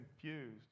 confused